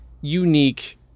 unique